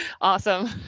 awesome